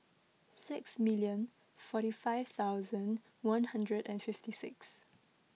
six million forty five thousand one hundred and fifty six